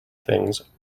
things